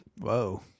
Whoa